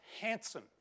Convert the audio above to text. handsome